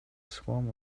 swarm